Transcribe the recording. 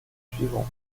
suivant